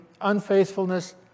unfaithfulness